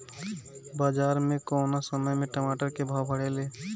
बाजार मे कौना समय मे टमाटर के भाव बढ़ेले?